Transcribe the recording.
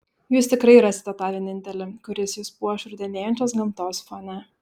jūs tikrai rasite tą vienintelį kuris jus puoš rudenėjančios gamtos fone